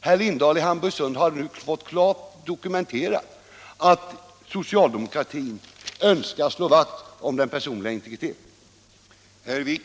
Herr Lindahl har nu fått klart dokumenterat att socialdemokratin önskar slå vakt om den personliga integriteten.